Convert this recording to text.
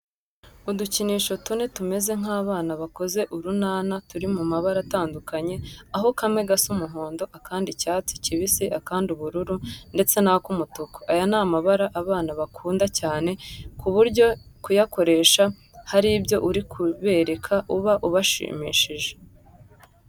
Udukinisho tune tumeze nk'abana bakoze urunana turi mu mabara atandukanye aho kamwe gasa umuhondo, akandi icyatsi kibisi, akandi ubururu ndetse n'ak'umutuku. Aya ni amabara abana bakunda cyane ku buryo kuyakoresha hari ibyo uri kubereka uba ubashimishije.